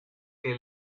que